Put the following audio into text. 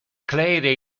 claire